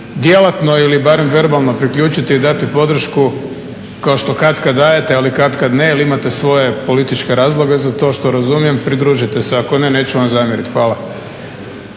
djelatno ili barem verbalno priključiti i dati podršku kao što katkad dajete, ali katkad ne jer imate svoje političke razloge za to što razumijem. Pridružite se, ako ne neću vam zamjeriti. Hvala.